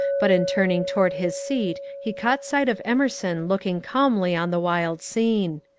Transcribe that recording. but in turning toward his seat he caught sight of emerson looking calmly on the wild scene.